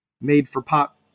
made-for-pop